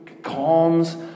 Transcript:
Calms